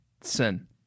sin